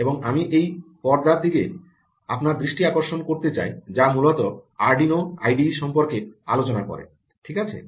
এবং আমি এই পর্দার দিকে আপনার দৃষ্টি আকর্ষণ করতে চাই যা মূলত আরডুইনো আইডিই সম্পর্কে আলোচনা করে ঠিক আছে